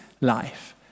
life